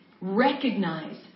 recognize